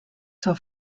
zur